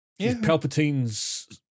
Palpatine's